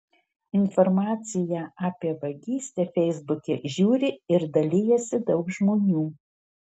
informaciją apie vagystę feisbuke žiūri ir dalijasi daug žmonių